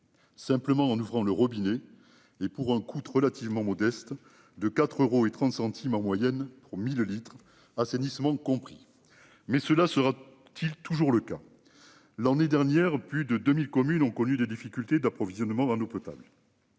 Simplement en ouvrant le robinet et pour un coûte relativement modeste de 4 euros et 30 centimes en moyenne pour 1000 litres, assainissement compris mais cela sera-t-il toujours le cas. L'année dernière plus de 2000 communes ont connu des difficultés d'approvisionnement en eau potable.